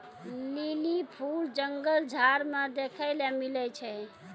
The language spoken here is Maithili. लीली फूल जंगल झाड़ मे देखै ले मिलै छै